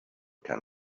can